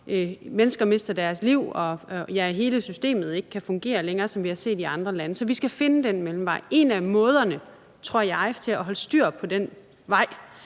mennesker mister livet, og så hele systemet ikke kan fungere længere, som vi har set i andre lande. Så vi skal finde den mellemvej, og en af måderne, tror jeg, til at holde styr på den vej